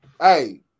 Hey